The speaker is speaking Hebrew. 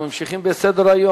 בעד,